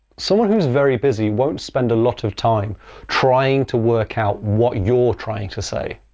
someone who's very busy won't spend a lot of time trying to work out what you're trying to say!